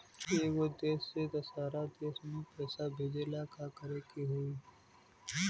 एगो देश से दशहरा देश मे पैसा भेजे ला का करेके होई?